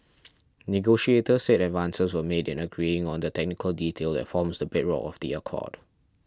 negotiators said advances were made in agreeing on the technical detail that forms the bedrock of the accord